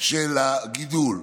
של הגידול,